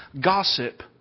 gossip